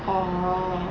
orh